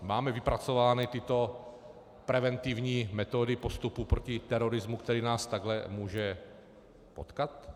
Máme vypracovány tyto preventivní metody postupu proti terorismu, který nás může takhle potkat?